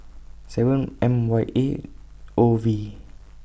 seven M Y A O V